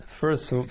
first